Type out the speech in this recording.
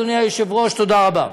אדוני היושב-ראש, תודה רבה.